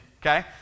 Okay